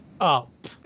up